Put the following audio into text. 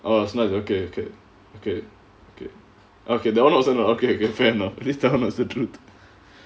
oh so nice okay okay okay okay okay that [one] also not ah okay fair enough at least that [one] was the truth